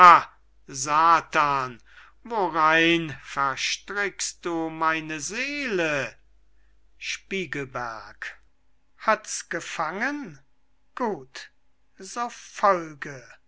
satan worinn verstrickst du meine seele spiegelberg hats gefangen gut so folge